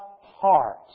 heart